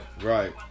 Right